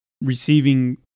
receiving